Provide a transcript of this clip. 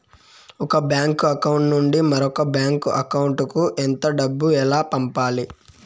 ఒక bank account నుంచి మరొక బ్యాంకు అకౌంట్ కు ఎంత డబ్బు ఎలా పంపాలి